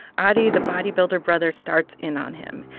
ari, the bodybuilder brother, starts in on him.